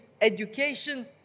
education